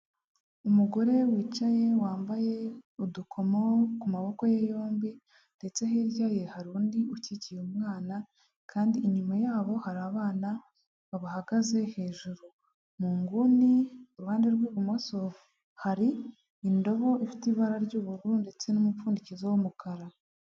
Umugore wicaye wambaye udukomo ku maboko ye yombi ndetse hirya ye hari undi ukikiye umwana kandi inyuma yabo hari abana babahagaze hejuru. Mu nguni iruhande rw'ibumoso hari indobo ifite ibara ry'ubururu ndetse n'umupfundikizo w'umukara.